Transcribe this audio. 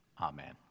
amen